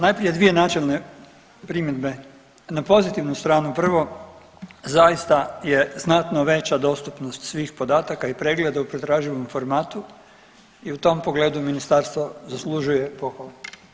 Najprije dvije načelne primjedbe na pozitivnu stranu prvo, zaista je znatno veća dostupnost svih podataka i pregledu kad tražim informatu i u tom pogledu ministarstvo zaslužuje pohvale.